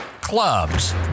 Clubs